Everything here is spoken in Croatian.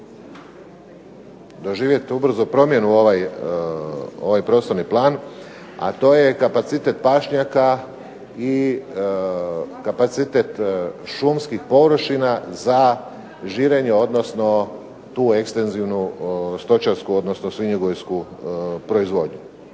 doživjeti ubrzo promjenu ovaj prostorni plan, a to je kapacitet pašnjaka i kapacitet šumskih površina za žirenje, odnosno tu ekstenzivnu stočarsku, odnosno svinjogojsku proizvodnju.